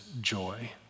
joy